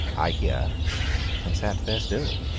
i hear and sat there still.